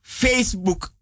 facebook